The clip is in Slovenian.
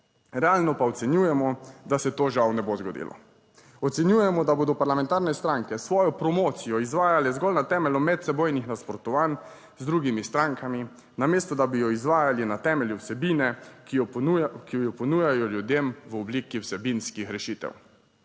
Realno pa ocenjujemo, da se to žal ne bo zgodilo. Ocenjujemo, da bodo parlamentarne stranke svojo promocijo izvajale zgolj na temelju medsebojnih nasprotovanj z drugimi strankami, namesto da bi jo izvajali na temelju vsebine, ki jo ponujajo ljudem v obliki vsebinskih rešitev.